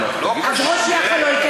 מדינה דמוקרטית, מה אתה תגביל מישהו,